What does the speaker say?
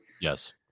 Yes